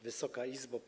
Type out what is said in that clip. Wysoka Izbo!